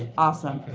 and awesome.